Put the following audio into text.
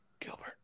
Gilbert